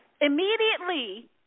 immediately